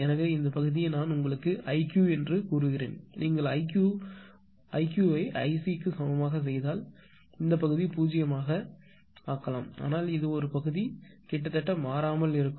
எனவே இந்த பகுதியை நான் உங்களுக்கு iq என்று சொன்னேன் நீங்கள் iq ஐ ic சமமாக செய்தால் இந்த பகுதி 0 ஆக இருக்கலாம் ஆனால் இது பகுதி கிட்டத்தட்ட மாறாமல் இருக்கும்